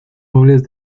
muebles